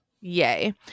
yay